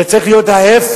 זה צריך להיות ההיפך,